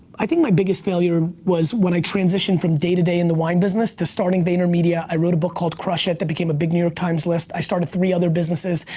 i think my biggest failure was when i transitioned from day to day in the wine business to starting vaynermedia, i wrote a book called crush it! that became a big new york times list, i started three other businesses.